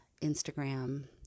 Instagram